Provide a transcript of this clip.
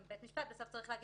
גם בית משפט בסוף צריך להגיד,